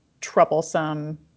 troublesome